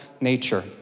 nature